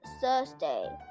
Thursday